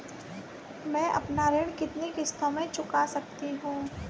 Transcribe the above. मैं अपना ऋण कितनी किश्तों में चुका सकती हूँ?